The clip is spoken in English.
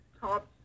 top